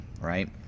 right